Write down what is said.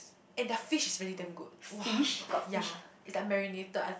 and their fish is really damn good !wah! yea it's unmarinated us